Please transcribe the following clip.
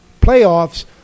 playoffs